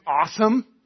awesome